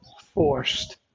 forced